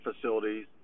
facilities